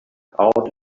out